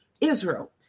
Israel